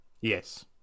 Yes